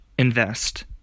invest